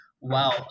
Wow